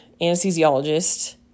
anesthesiologist